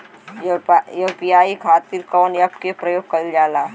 UPI खातीर कवन ऐपके प्रयोग कइलजाला?